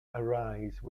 arise